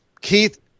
Keith